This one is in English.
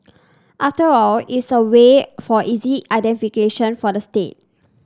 after all it's a way for easy identification for the state